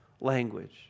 language